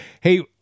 Hey